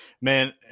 man